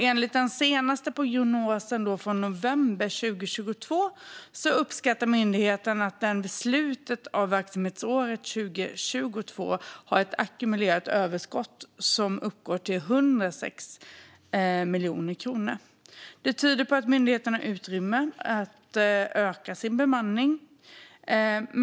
Enligt den senaste prognosen från november 2022 uppskattar myndigheten att den vid slutet av verksamhetsåret 2022 har ett ackumulerat överskott som uppgår till 106 miljoner kronor. Det tyder på att myndigheten har utrymme att öka sin bemanning.